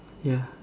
ya